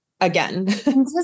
again